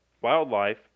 wildlife